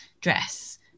dress